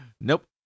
nope